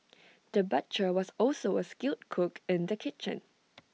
the butcher was also A skilled cook in the kitchen